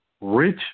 rich